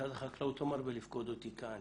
משרד החקלאות לא מרבה לפקוד אותי כאן